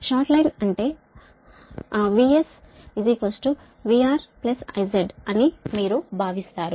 short line అంటే VS VR IZ అని మీరు భావిస్తారు